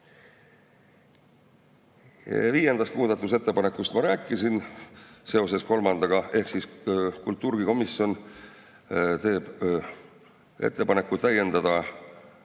Viiendast muudatusettepanekust ma rääkisin seoses kolmandaga. Kultuurikomisjon teeb ettepaneku täiendada